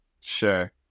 Sure